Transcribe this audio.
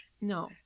No